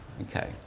Okay